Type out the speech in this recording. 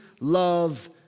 love